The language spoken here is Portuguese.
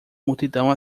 multidão